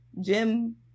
Jim